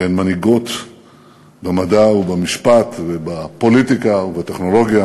שהן מנהיגות במדע ובמשפט ובפוליטיקה ובטכנולוגיה,